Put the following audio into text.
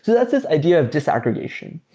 so that's this idea of disaggregation.